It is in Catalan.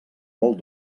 molt